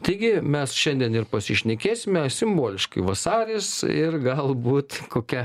taigi mes šiandien ir pasišnekėsime simboliškai vasaris ir galbūt kokia